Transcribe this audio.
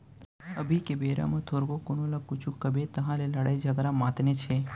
अभी के बेरा म थोरको कोनो ल कुछु कबे तहाँ ले लड़ई झगरा मातनेच हे